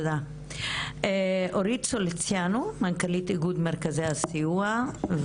אורית סוליציאנו, מנכ"לית איגוד מרכזי הסיוע.